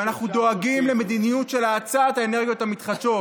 ואנחנו דואגים למדיניות של האצת האנרגיות המתחדשות.